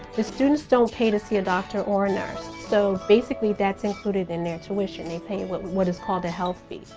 the students don't pay to see a doctor or a nurse so basically that's included in their tuition. they pay what what is called a health fee.